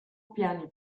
piani